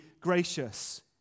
gracious